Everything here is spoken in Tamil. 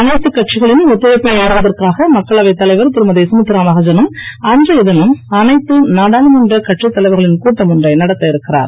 அனைத்து கட்சிகளின் ஒத்துழைப்பை நாடுவதற்காக மக்களவைத் தலைவர் திருமதிகமித்ரா மகாஜ னும் அன்றைய தினம் அனைத்து நாடாளுமன்றக் கட்சித் தலைவர்களின் கூட்டம் ஒன்றை நடத்தவிருக்கிறார்